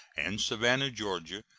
and savannah, ga,